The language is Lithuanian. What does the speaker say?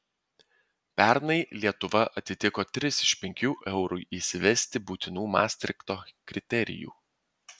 pernai lietuva atitiko tris iš penkių eurui įsivesti būtinų mastrichto kriterijų